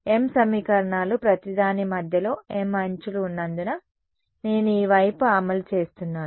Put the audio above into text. m సమీకరణాలు ప్రతి దాని మధ్యలో m అంచులు ఉన్నందున నేను ఈ వైపు అమలు చేస్తున్నాను